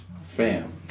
Fam